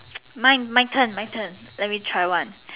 mine my turn my turn